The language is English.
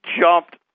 jumped